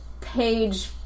page